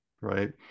right